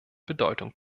bedeutung